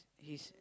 his